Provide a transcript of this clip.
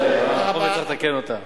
אנחנו נתקן אותה.